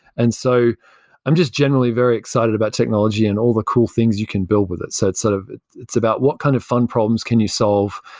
and so i'm just generally very excited about technology and all the cool things you can build with it, so it's sort of it's about what kind of fun problems can you solve,